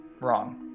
wrong